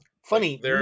Funny